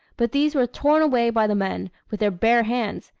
but these were torn away by the men, with their bare hands,